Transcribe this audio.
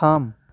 थाम